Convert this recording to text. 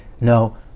No